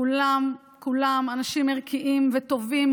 כולם כולם אנשים ערכיים וטובים,